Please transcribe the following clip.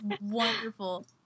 wonderful